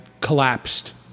collapsed